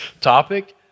topic